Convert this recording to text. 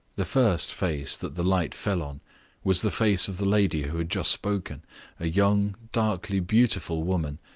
the first face that the light fell on was the face of the lady who had just spoken a young, darkly beautiful woman,